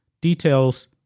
details